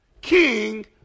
king